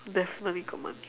definitely got money